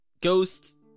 ghost